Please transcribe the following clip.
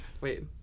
wait